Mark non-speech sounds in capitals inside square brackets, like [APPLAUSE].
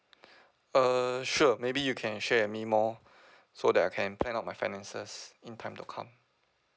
[NOISE] uh sure maybe you can share with me more [BREATH] so that I can plan out my finances in time to come